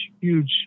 huge